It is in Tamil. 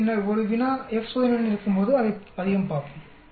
நாம் பின்னர் ஒரு வினா F சோதனையுடன் இருக்கும்போது அதை அதிகம் பார்ப்போம்